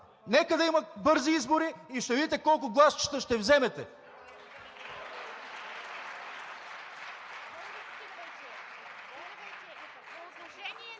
Нека да има бързи избори и ще видите колко гласа ще вземете.